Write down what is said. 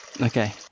okay